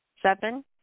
Seven